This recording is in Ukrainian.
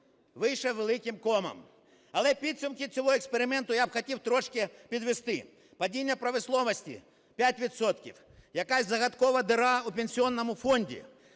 вийшов великим комом. Але підсумки цього експерименту я б хотів трошки підвести. Падіння промисловості – 5 відсотків, якась загадкова діра у Пенсійному фонді,